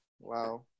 Wow